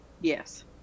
Yes